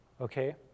okay